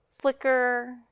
flicker